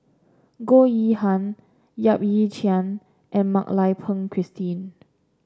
Goh Yihan Yap Ee Chian and Mak Lai Peng Christine